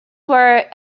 were